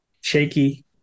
shaky